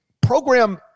program